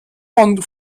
von